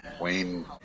Wayne